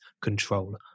control